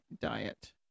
diet